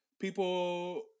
People